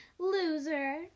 Loser